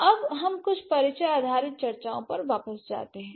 अब हम कुछ परिचय आधारित चर्चाओं पर वापस जाते हैं